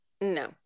No